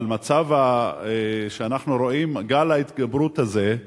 אבל המצב שאנחנו רואים, הגל, ההתגברות הזאת,